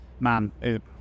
Man